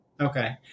Okay